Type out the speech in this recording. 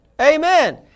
Amen